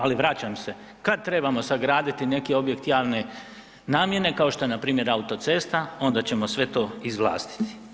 Ali vraćam se, kad trebamo sagraditi neki objekt javne namjene kao što je npr. autocesta onda ćemo sve to izvlastiti.